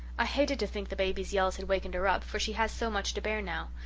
i hated to think the baby's yells had wakened her up, for she has so much to bear now.